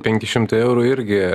penki šimtai eurų irgi